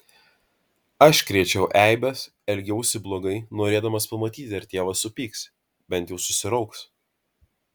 aš krėčiau eibes elgiausi blogai norėdamas pamatyti ar tėvas supyks bent jau susirauks